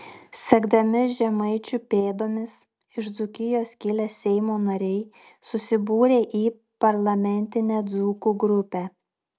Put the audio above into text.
sekdami žemaičių pėdomis iš dzūkijos kilę seimo nariai susibūrė į parlamentinę dzūkų grupę